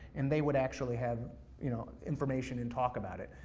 and they would actually have you know information and talk about it.